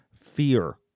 fear